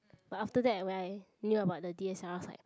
but after that when I knew about the d_s_l_r I was like